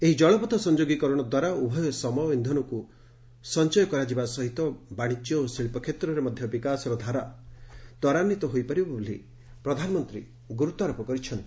ଏହି ଜଳପଥ ସଂଯୋଗୀକରଣ ଦ୍ୱାରା ଉଭୟ ସମୟ ଓ ଇନ୍ଧନକୁ ସଞ୍ଚୟ କରାଯିବା ସହିତ ବାଣିଜ୍ୟ ଓ ଶିଳ୍ପ କ୍ଷେତ୍ରରେ ମଧ୍ୟ ବିକାଶର ଧାରା ତ୍ୱରାନ୍ୱିତ ହୋଇପାରିବ ବୋଲି ପ୍ରଧାନମନ୍ତ୍ରୀ ଗୁରୁତ୍ୱାରୋପ କରିଛନ୍ତି